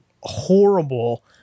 horrible